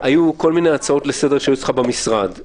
היו כל מיני הצעות לסדר אצלך במשרד.